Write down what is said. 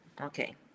Okay